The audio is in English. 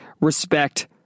respect